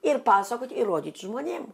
ir pasakoti ir rodyt žmonėm